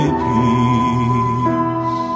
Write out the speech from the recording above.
peace